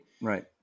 right